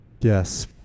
Yes